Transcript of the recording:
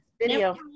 Video